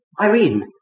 Irene